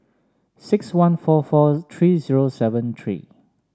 six one four four three zero seven three